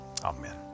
Amen